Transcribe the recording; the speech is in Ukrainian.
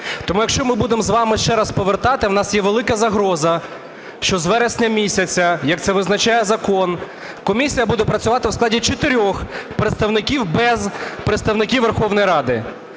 Тому, якщо ми будемо з вами ще раз повертати, в нас є велика загроза, що з вересня місяця, як це визначає закон, комісія буде працювати в складі чотирьох представників без представників Верховної Ради.